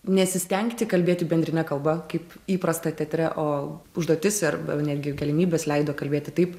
nesistengti kalbėti bendrine kalba kaip įprasta teatre o užduotis arb netgi galimybės leido kalbėti taip